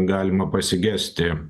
galima pasigesti